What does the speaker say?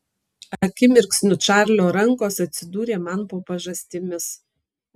akimirksniu čarlio rankos atsidūrė man po pažastimis